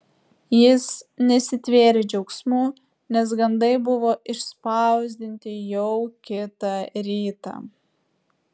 jis nesitvėrė džiaugsmu nes gandai buvo išspausdinti jau kitą rytą